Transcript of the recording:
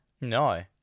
No